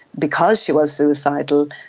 because she was suicidal,